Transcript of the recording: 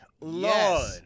Lord